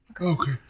Okay